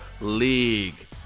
League